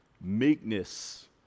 meekness